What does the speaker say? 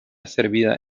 servida